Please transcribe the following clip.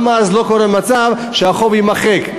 אז לא קורה מצב שהחוב יימחק.